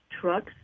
trucks